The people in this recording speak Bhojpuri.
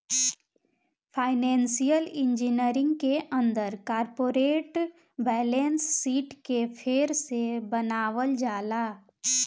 फाइनेंशियल इंजीनियरिंग के अंदर कॉरपोरेट बैलेंस शीट के फेर से बनावल जाला